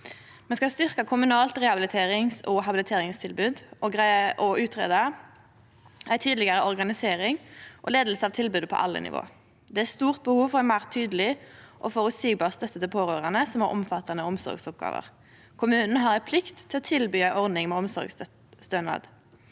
Me skal styrkje kommunalt rehabiliterings- og habiliteringstilbod og greie ut ei tydelegare organisering og leiing av tilbodet på alle nivå. Det er stort behov for meir tydeleg og føreseieleg støtte til pårørande som har omfattande omsorgsoppgåver. Kommunen har ei plikt til å tilby ei ordning med omsorgsstønad.